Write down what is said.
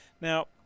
Now